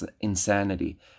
insanity